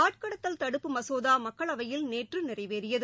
ஆட்கடத்தல் தடுப்பு மசோதாமக்களவையில் நேற்றுநிறைவேறியது